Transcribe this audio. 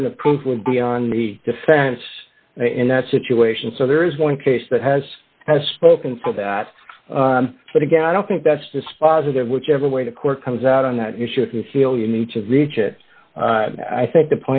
burden of proof would be on the defense in that situation so there is one case that has has spoken so that but again i don't think that's dispositive whichever way the court comes out on that issue if you feel you need to reach it i think the